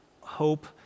hope